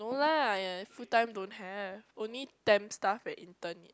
no lah ya full time don't have only temp staff and intern need